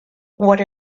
what